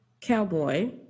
Cowboy